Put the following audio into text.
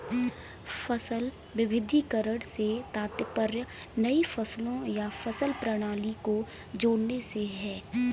फसल विविधीकरण से तात्पर्य नई फसलों या फसल प्रणाली को जोड़ने से है